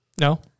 No